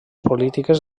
polítiques